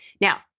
Now